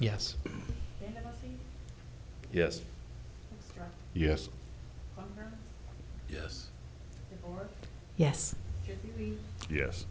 yes yes yes yes yes yes